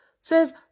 says